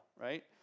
right